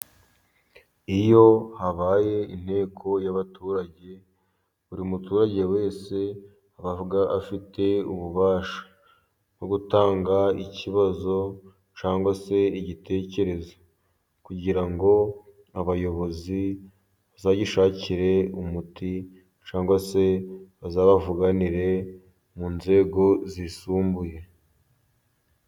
Iyo habaye inteko y'abaturage, buri muturage wese avuga afite ububasha, bwo gutanga ikibazo cyangwa se igitekerezo, kugira ngo abayobozi bazayishakire umuti, cyangwa se bazabavuganire mu nzego zisumbuye.